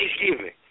Thanksgiving